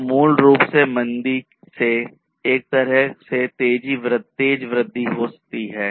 तो मूल रूप से मंदी से एक तरह से तेज वृद्धि होती है